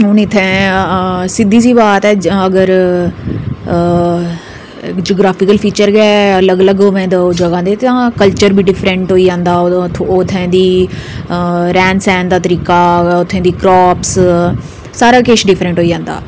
हून इत्थै सिद्दी सी बात ऐ जां अगर हां ज्योग्राफिकल फीचर गै अलग अलग होऐ दौनें जगह् दे तां कल्चर बी डिफंरैट होई जंदा ऐ उत्थूं दा उत्थूं दे रैह्न सैह्न दा तरीका उत्थेें दी क्रापस सारा किश डिफरैंट होई जंदा